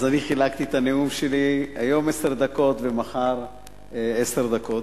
אז חילקתי את הנאום שלי: היום עשר דקות ומחר עשר דקות.